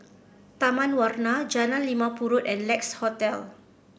Taman Warna Jalan Limau Purut and Lex Hotel